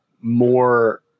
more